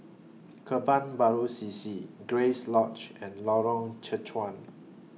Kebun Baru C C Grace Lodge and Lorong Chencharu